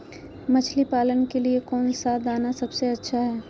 मछली पालन के लिए कौन दाना सबसे अच्छा है?